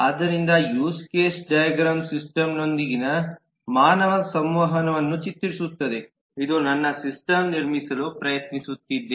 ಆದ್ದರಿಂದ use case diagram system ನೊಂದಿಗಿನ ಮಾನವ ಸಂವಹನವನ್ನು ಚಿತ್ರಿಸುತ್ತದೆ ಇದು ನನ್ನ ಸಿಸ್ಟಮ್ ನಿರ್ಮಿಸಲು ಪ್ರಯತ್ನಿಸುತ್ತಿದೆ